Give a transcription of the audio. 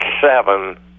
seven